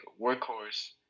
Workhorse